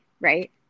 Right